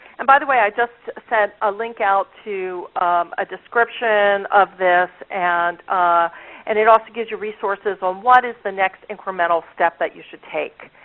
and by the way, i just sent a link out to a description of this, and and it also gives you resources on what is the next incremental step that you should take.